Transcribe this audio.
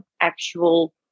actual